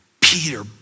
Peter